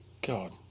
God